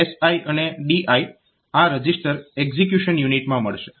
તો SI અને DI આ રજીસ્ટર એક્ઝીક્યુશન યુનિટમાં મળશે